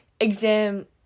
exam